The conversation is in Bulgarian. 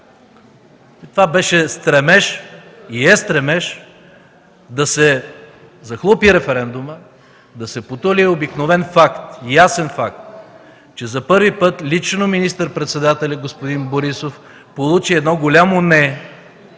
Това беше стремеж и е стремеж да се захлупи референдумът, да се потули обикновен, ясен факт, че за първи път лично министър-председателят господин Борисов получи едно голямо „не”